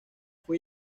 fue